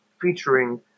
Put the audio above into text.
featuring